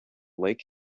lake